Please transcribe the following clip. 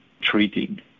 treating